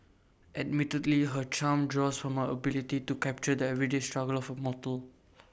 admittedly her charm draws from her ability to capture the everyday struggle of A mortal